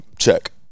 check